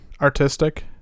artistic